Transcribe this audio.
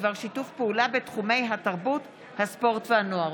בדבר שיתוף פעולה בתחומי התרבות הספורט והנוער.